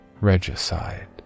Regicide